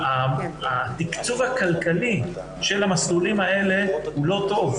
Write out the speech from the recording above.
התקצוב הכלכלי של המסלולים האלה לא טוב.